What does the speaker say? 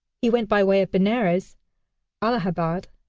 he went by way of benares, allahabad,